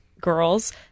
girls